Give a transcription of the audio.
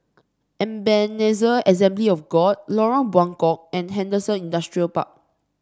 Ebenezer Assembly of God Lorong Buangkok and Henderson Industrial Park